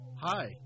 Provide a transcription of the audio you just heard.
Hi